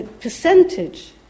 percentage